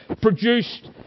produced